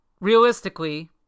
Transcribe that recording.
realistically